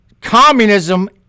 communism